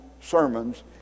sermons